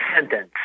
sentence